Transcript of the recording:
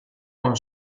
con